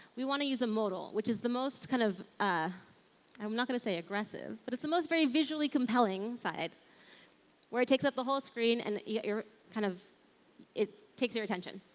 we want to use a modal, which is the most kind of ah i'm not going to say aggressive, but it's the most very visually compelling side where it takes up the whole screen and yeah kind of it takes your attention.